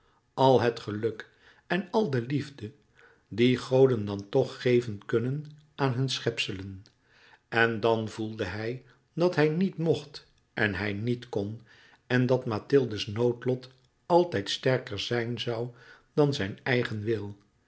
al het geluk en al de liefde die goden dan toch geven kunnen aan hun schepselen en dan voelde hij dat hij niet mocht en hij niet kon en dat mathilde's noodlot altijd sterker zoû zijn dan zijn eigen wil